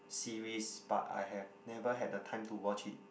series but I have never had the time to watch it